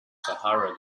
sahara